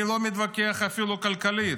אני לא מתווכח אפילו כלכלית.